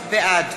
בעד